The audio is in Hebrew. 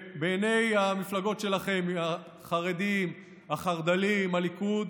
בעיני המפלגות שלכם, החרדים, החרד"לים, הליכוד,